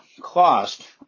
cost